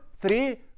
three